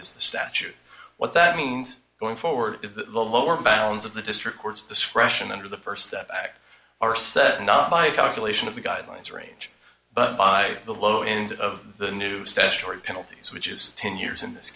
is the statute what that means going forward is the lower bounds of the district court's discretion under the st step back are set not by calculation of the guidelines range but by the low end of the new statutory penalties which is ten years in this